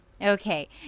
Okay